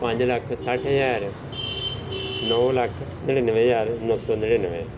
ਪੰਜ ਲੱਖ ਸੱਠ ਹਜ਼ਾਰ ਨੌ ਲੱਖ ਨੜਿੰਨਵੇਂ ਹਜ਼ਾਰ ਨੌ ਸੌ ਨੜਿੰਨਵੇਂ